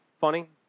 funny